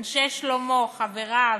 אנשי שלומו, חבריו,